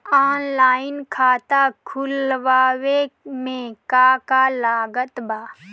Online खाता खुलवावे मे का का लागत बा?